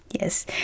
Yes